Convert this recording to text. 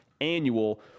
annual